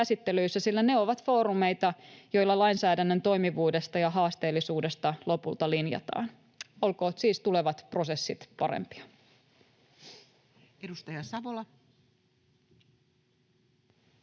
sillä ne ovat foorumeita, joilla lainsäädännön toimivuudesta ja haasteellisuudesta lopulta linjataan. Olkoot siis tulevat prosessit parempia. [Speech